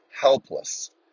helpless